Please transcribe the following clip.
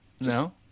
no